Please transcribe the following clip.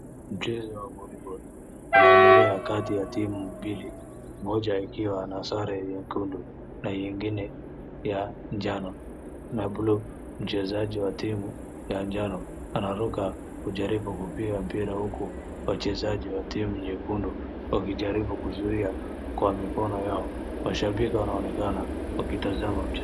mchezo wa volleyball unaendelea kati ya timu mbili mja ikiwa na sare ya nyekundu na ingine ya njano na buluu mchezaji wa timu ya njano anaruka kujaribu kupiga mpira huku wachezaji wa timu nyekundu wakijaribu kuzuia kwa mikono yao ,mashabiki wanonekana wakitazama mchezo